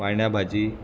वांयण्या भाजी